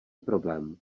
problém